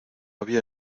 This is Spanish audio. había